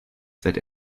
seit